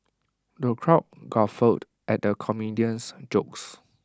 the crowd guffawed at the comedian's jokes